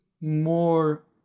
more